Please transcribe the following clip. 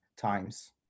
times